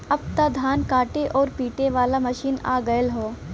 अब त धान काटे आउर पिटे वाला मशीन आ गयल हौ